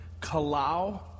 kalau